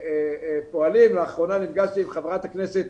שפועלים, לאחרונה נפגשתי עם חברת הכנסת